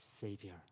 Savior